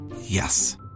Yes